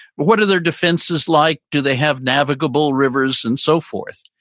what are their defenses like do they have navigable rivers and so forth?